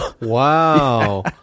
Wow